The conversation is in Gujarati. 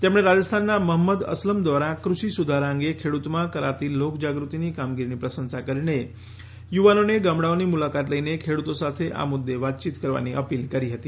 તેમણે રાજસ્થાનના મહંમદ અસલમ દ્વારા કૃષિ સુધારા અંગે ખેડૂતોમાં કરાતી લોકજાગૃતીની કામગીરીની પ્રશંસા કરીને યુવાનોને ગામડાઓની મુલાકાત લઈને ખેડૂતો સાથે આ મુદ્દે વાતયીત કરવાની અપીલ કરી હતી